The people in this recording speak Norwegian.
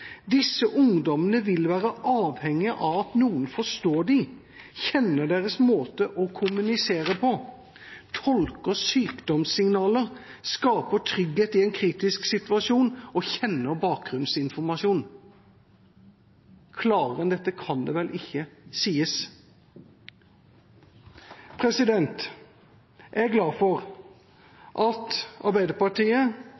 Disse ungdommene vil være avhengige av at noen forstår dem, kjenner deres måte å kommunisere på, tolker sykdomssignaler, skaper trygghet i en kritisk situasjon og kjenner bakgrunnsinformasjonen. Klarere enn dette kan det vel ikke sies. Jeg er glad